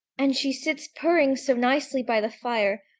and she sits purring so nicely by the fire,